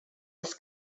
his